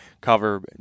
cover